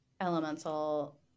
elemental